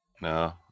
No